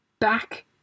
back